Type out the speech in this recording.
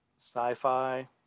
sci-fi